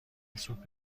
سوپ